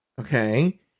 Okay